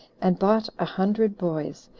and bought a hundred boys,